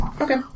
Okay